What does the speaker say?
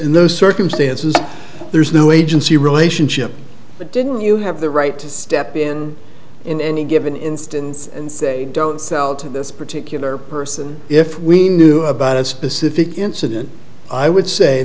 in those circumstances there's no agency relationship but didn't you have the right to step in in any given instance and say don't sell to this particular person if we knew about a specific incident i would say